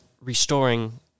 restoring